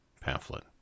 pamphlet